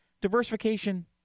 diversification